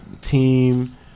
team